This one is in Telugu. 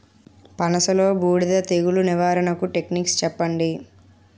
పనస లో బూడిద తెగులు నివారణకు టెక్నిక్స్ చెప్పండి?